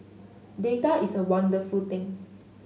data is a wonderful thing